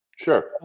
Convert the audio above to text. Sure